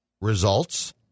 results